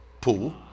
pool